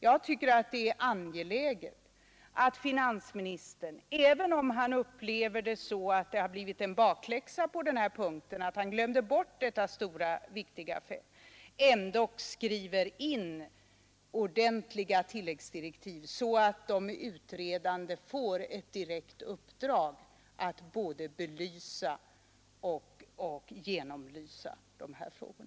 Jag tycker att det är angeläget att finansministern, även om han upplever det så att det blivit en bakläxa för att han glömde bort detta stora och viktiga fält, ändå skriver ordentliga tilläggsdirektiv så att de utredande får ett direkt uppdrag att både belysa och genomtränga dessa frågor.